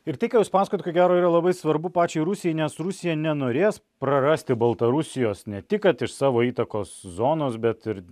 ir tik ką jūs pasakojot ko gero yra labai svarbu pačiai rusijai nes rusija nenorės prarasti baltarusijos ne tik kad iš savo įtakos zonos bet ir